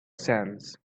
sands